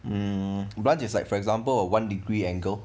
hmm blunt is like for example uh one degree angle